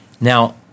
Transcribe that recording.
Now